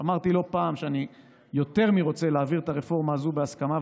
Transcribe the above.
אמרתי לא פעם שאני יותר מרוצה להעביר את הרפורמה הזאת בהסכמה,